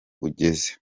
ugeze